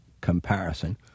comparison